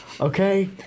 okay